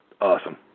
Awesome